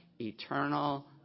eternal